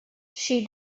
she